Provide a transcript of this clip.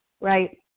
right